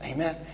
Amen